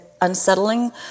unsettling